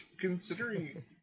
considering